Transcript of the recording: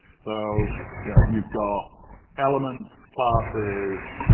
so yeah you've got elements, classes,